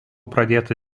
pradėta